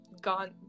gone